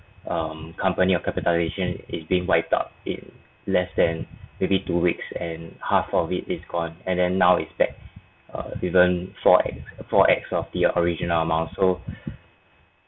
um company or capitalisation is being wiped out in less than maybe two weeks and half of it is gone and then now it's back uh even four x four x of the original amount so